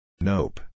Nope